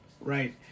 Right